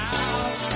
out